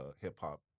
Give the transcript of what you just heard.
hip-hop